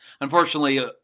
unfortunately